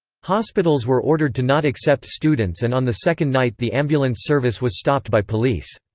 hospitals were ordered to not accept students and on the second night the ambulance service was stopped by police.